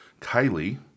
Kylie